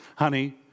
honey